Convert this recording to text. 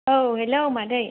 औ हेल्ल' मादै